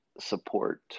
support